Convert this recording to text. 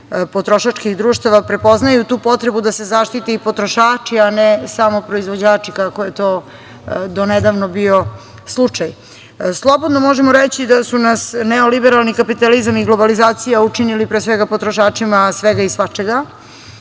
potrošačkih društava prepoznaju tu potrebu da se zaštite i potrošači, a ne samo proizvođači, kako je to do nedavno bio slučaj. Slobodno možemo reći da su nas neoliberalni kapitalizam i globalizacija učinili pre svega potrošačima svega i svačega,